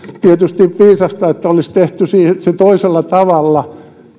tietysti viisasta että olisi tehty se toisella tavalla